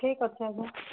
ଠିକ୍ ଅଛି ଆଜ୍ଞା